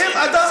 זה בסדר?